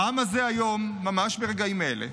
העם הזה היום ממש ברגעים אלה